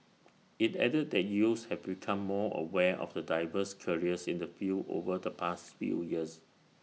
IT added that youths have become more aware of the diverse careers in the field over the past few years